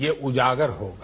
ये उजागर होगा